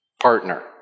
partner